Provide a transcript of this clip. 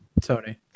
Tony